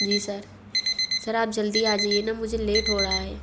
जी sir sir आप जल्दी आ जाइए ना मुझे लेट हो रहा है